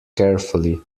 carefully